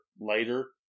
later